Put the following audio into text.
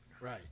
Right